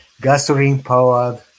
gasoline-powered